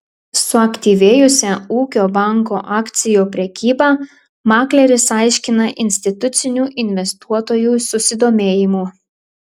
suaktyvėjusią ūkio banko akcijų prekybą makleris aiškina institucinių investuotojų susidomėjimu